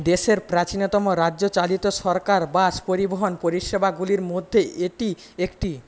দেশের প্রাচীনতম রাজ্যচালিত সরকার বাস পরিবহন পরিষেবাগুলির মধ্যে এটি একটি